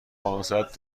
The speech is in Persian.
پانصد